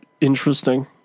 interesting